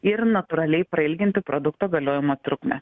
ir natūraliai prailginti produkto galiojimo trukmę